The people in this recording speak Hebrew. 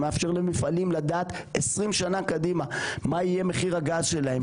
שמאפשר למפעלים לדעת 20 שנה קדימה מה יהיה מחיר הגז שלהם,